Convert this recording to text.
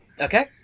Okay